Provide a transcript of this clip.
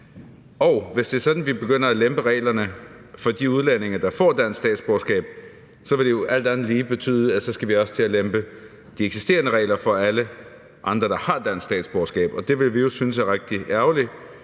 Hvis det er sådan, at vi begynder at lempe reglerne for de udlændinge, som får dansk statsborgerskab, så vil det jo alt andet lige betyde, at vi også skal lempe de eksisterende regler for alle andre, der har dansk statsborgerskab. Det vil vi jo synes er rigtig ærgerligt,